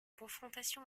confrontation